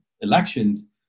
elections